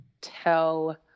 tell